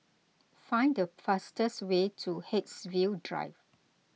find the fastest way to Haigsville Drive